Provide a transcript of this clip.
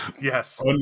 Yes